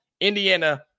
Indiana